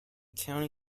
county